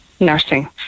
Nursing